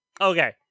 Okay